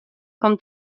com